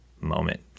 moment